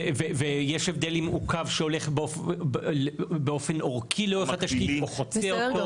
ויש הבדל אם זה קו שהולך באופן אורכי או חוצה אותו.